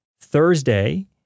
Thursday